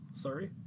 Sorry